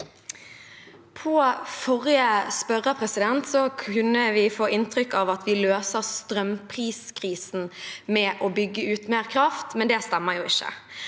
På forrige spørrer kunne vi få inntrykk av at vi løser strømpriskrisen med å bygge ut mer kraft, men det stemmer ikke.